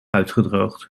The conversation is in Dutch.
uitgedroogd